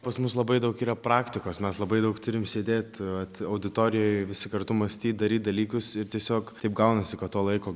pas mus labai daug yra praktikos mes labai daug turim sėdėt vat auditorijoj visi kartu mąstyt daryt dalykus ir tiesiog taip gaunasi kad to laiko